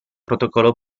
protocollo